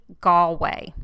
Galway